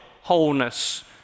wholeness